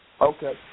Okay